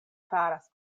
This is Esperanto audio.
faras